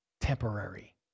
temporary